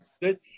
good